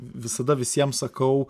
visada visiems sakau